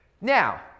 Now